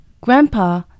Grandpa